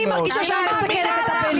--- אני לא מאמינה לך.